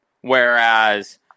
whereas